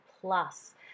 plus